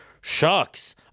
shucks